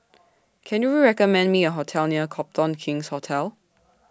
Can YOU recommend Me A Restaurant near Copthorne King's Hotel